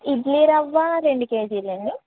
ఇడ్లి రవ్వా రెండు కేజీలండి